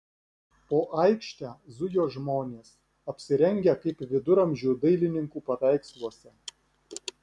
po aikštę zujo žmonės apsirengę kaip viduramžių dailininkų paveiksluose